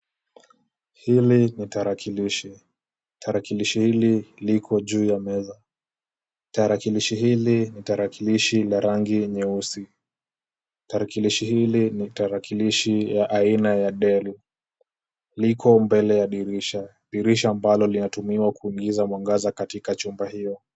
Hili ni tarakilishi. Tarakilishi hili liko juu ya meza. Tarakilishi hili ni tarakilishi la rangi nyeusi. Tarakilishi hili ni tarakilishi ya aina ya Dell. Liko mbele ya dirisha, dirisha ambalo linatumiwa kuingiza mwangaza katika chumba hiyo.